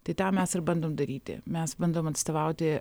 tai tą mes ir bandom daryti mes bandom atstovauti